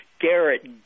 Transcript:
Garrett